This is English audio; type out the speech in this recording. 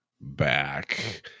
back